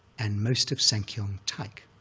and most of sankyaung taik,